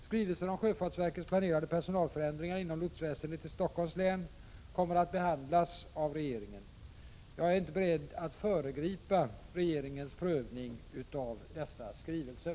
Skrivelser om sjöfartsverkets planerade personalförändringar inom lotsväsendet i Stockholms län kommer att behandlas av regeringen. Jag är inte beredd att föregripa regeringens prövning av dessa skrivelser.